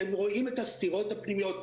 אתם רואים את הסתירות הפנימיות.